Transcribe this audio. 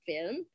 film